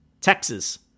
Texas